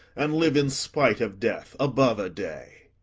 and live, in spite of death, above a day.